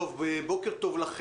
בוקר טוב.